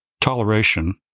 Toleration